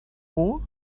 war